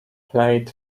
played